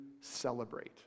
celebrate